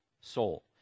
soul